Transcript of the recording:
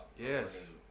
Yes